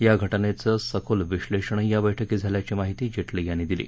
या घटनेचं सखोल विश्लेषणही या बैठकीत झाल्याची माहिती जेटली यांनी दिली